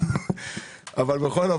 אתה רואה?